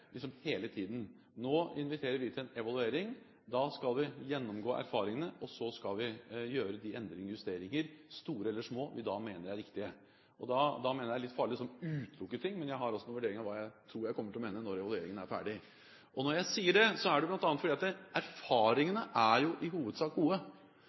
hele tiden. Nå inviterer vi til en evaluering. Da skal vi gjennomgå erfaringene, og så skal vi gjøre de endringer og justeringer, store eller små, vi da mener er riktige. Da mener jeg det er litt farlig å utelukke ting, men jeg har altså en vurdering av hva jeg tror jeg kommer til å mene når evalueringen er ferdig. Når jeg sier det, er det bl.a. fordi erfaringene i hovedsak er gode.